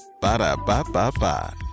Ba-da-ba-ba-ba